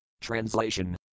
Translation